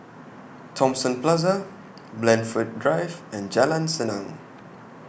Thomson Plaza Blandford Drive and Jalan Senang